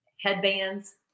headbands